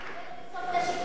זה